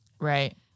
Right